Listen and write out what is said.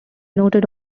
noted